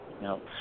No